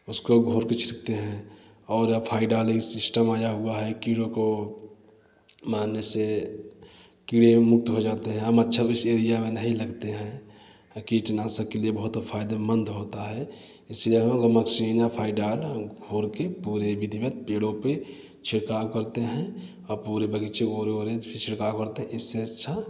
उसको घोर के छिड़कते हैं और सिस्टम आया हुआ है कीड़ों को मारने से कीड़े मुक्त हो जाते हैं मच्छर भी इस एरिया में नहीं लगते हैं कीटनाशक के लिए बहुत फायदेमंद होता है सीना फाइडाल घोर के पूरे विधिवत पेड़ों पे छिड़काव करते हैं और पूरे बगीचे को ओरे ओरे से छिड़काव करते हैं इससे अच्छा